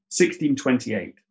1628